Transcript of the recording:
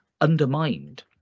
undermined